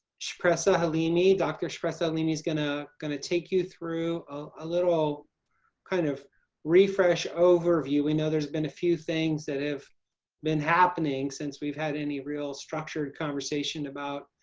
shpresa halimi, doctor shpresa halimi's, gonna going to take you through a little kind of refresh overview. we know there's been a few things that have been happening since we've had any real structured conversation about